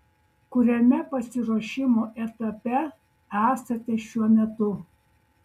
kuriame pasiruošimo etape esate šiuo metu